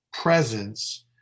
presence